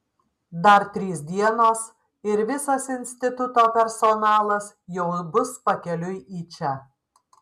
dar trys dienos ir visas instituto personalas jau bus pakeliui į čia